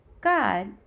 God